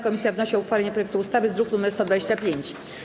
Komisja wnosi o uchwalenie projektu uchwały z druku nr 125.